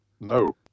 no